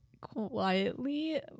quietly